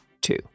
two